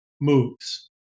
moves